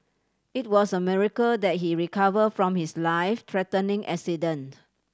it was a miracle that he recovered from his life threatening accident